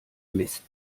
mist